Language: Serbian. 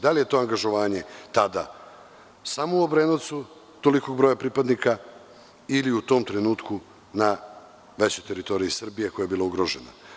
Da li je to angažovanje tada samo u Obrenovcu tolikog broja pripadnika ili u tom trenutku na većoj teritoriji Srbije koja je bila ugrožena?